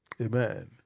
Amen